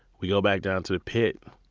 we go back down to the pit,